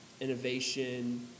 innovation